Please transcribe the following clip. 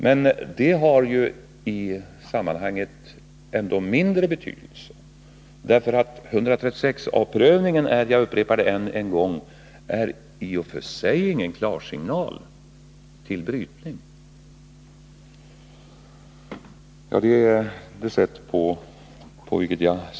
Men det har i sammanhanget ännu mindre betydelse, därför att 136 a-prövningen — jag upprepar det — i och för sig inte är någon klarsignal till brytning.